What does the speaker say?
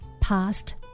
past